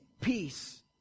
peace